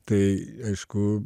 tai aišku